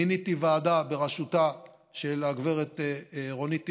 מיניתי ועדה בראשותה של הגב' רונית תירוש,